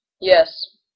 Yes